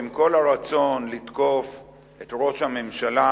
ועם כל הרצון לתקוף את ראש הממשלה